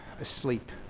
asleep